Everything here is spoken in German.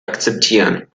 akzeptieren